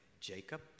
Jacob